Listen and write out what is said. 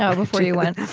ah before you went?